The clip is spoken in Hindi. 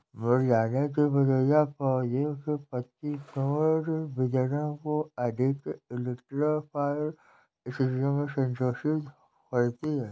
मुरझाने की प्रक्रिया पौधे के पत्ती कोण वितरण को अधिक इलेक्ट्रो फाइल स्थितियो में संशोधित करती है